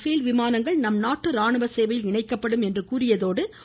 பேல் விமானங்கள் நம் நாட்டு ராணுவ சேவையில் இணைக்கப்படும் என்று கூறியதோடு முதல் கட்டமாக